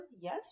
Yes